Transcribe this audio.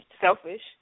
selfish